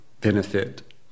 Benefit